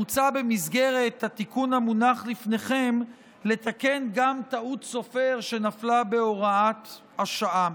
מוצע במסגרת התיקון המונח לפניכם לתקן גם טעות סופר שנפלה בהוראת השעה.